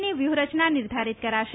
ની વ્યૂહરચના નિર્ધારિત કરાશે